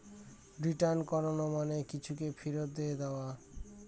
return করানো মানে কিছুকে ফেরত দিয়ে দেওয়া